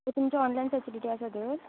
तुमची online facility आसा तर